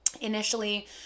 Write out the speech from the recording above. Initially